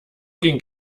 ging